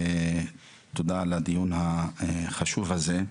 תודה על הדיון החשוב הזה,